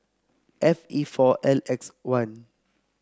F E four N X one